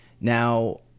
Now